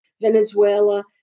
Venezuela